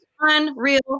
unreal